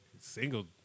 Single